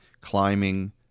climbing